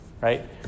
right